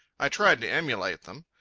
i tried to emulate them.